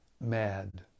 mad